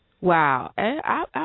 Wow